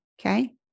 Okay